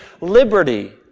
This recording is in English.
liberty